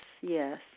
yes